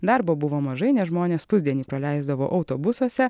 darbo buvo mažai nes žmonės pusdienį praleisdavo autobusuose